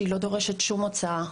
שלא דורשת שום הוצאה,